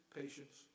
patience